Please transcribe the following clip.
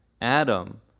Adam